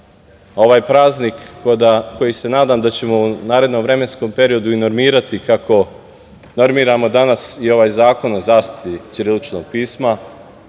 ovaj praznik koji se nadam da ćemo u narednom vremenskom periodu i normirati kako normiramo danas i ovaj Zakon o zaštiti ćiriličkog pisma